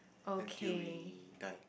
until we die